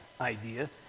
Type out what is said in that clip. idea